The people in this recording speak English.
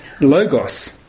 Logos